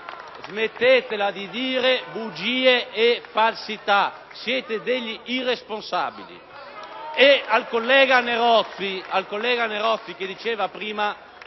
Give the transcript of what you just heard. Smettetela di dire bugie e falsità! Siete degli irresponsabili!